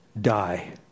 die